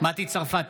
מטי צרפתי